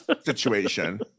situation